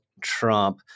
Trump